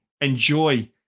enjoy